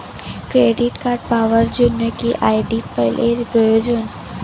Credit card পাওয়ার জন্য কি আই.ডি ফাইল এর প্রয়োজন?